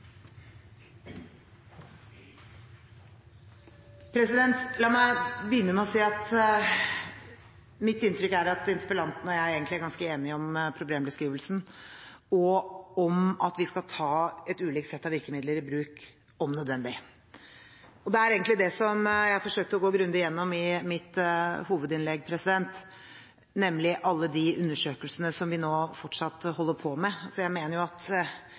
at interpellanten og jeg egentlig er ganske enige om problembeskrivelsen, og om at vi skal ta et ulikt sett av virkemidler i bruk, om nødvendig. Det var egentlig det jeg forsøkte å gå grundig gjennom i mitt hovedinnlegg, nemlig alle de undersøkelsene som vi nå fortsatt holder på med. Jeg mener at før vi konkluderer, før vi bestemmer oss for hvilke skritt vi eventuelt skal ta videre, er det faktisk vesentlig at